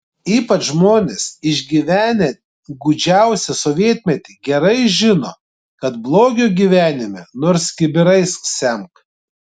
ypač žmonės išgyvenę gūdžiausią sovietmetį gerai žino kad blogio gyvenime nors kibirais semk